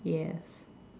yes